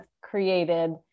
created